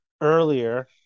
earlier